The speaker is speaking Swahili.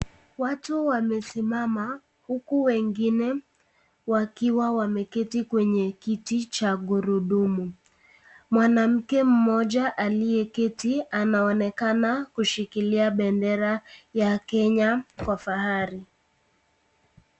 Watu wamesimama uku wengine wakiwa wameketi kwenye kiti cha gurudumu. Mwanamke mmoja aliyeketi anaonekana kushikilia bendera ya Kenya kwa fahari.